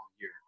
year